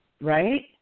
Right